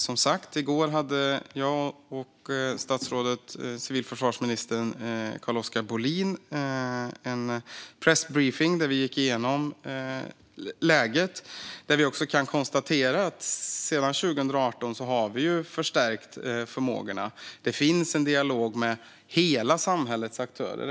I går hade jag och civilförsvarsminister Carl-Oskar Bohlin en pressbriefing där vi gick igenom läget och kunde konstatera att förmågorna har förstärkts sedan 2018. Det finns en dialog med hela samhällets aktörer.